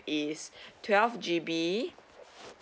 is twelve G_B